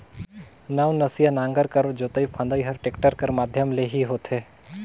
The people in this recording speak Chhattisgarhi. नवनसिया नांगर कर जोतई फदई हर टेक्टर कर माध्यम ले ही होथे